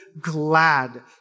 glad